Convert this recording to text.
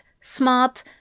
smart